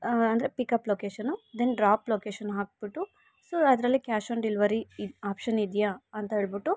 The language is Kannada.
ಅಂದರೆ pickup location then drop location ಹಾಕಿಬಿಟ್ಟು ಸೊ ಅದ್ರಲ್ಲಿ ಕ್ಯಾಶ್ ಆನ್ ಡೆಲ್ವರಿ ಇದು ಆಪ್ಷನ್ ಇದ್ಯಾ ಅಂತ ಹೇಳ್ಬುಟ್ಟು